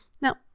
Now